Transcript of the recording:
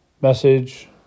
message